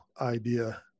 idea